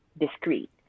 discreet